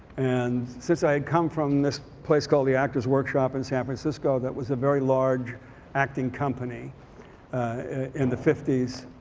and since i had come from this place called the actor's workshop in san francisco that was a very large acting company in the fifty s